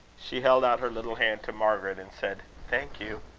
she held out her little hand to margaret, and said thank you.